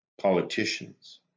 politicians